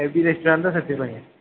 heavy ସେଥିପାଇଁ